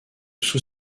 sous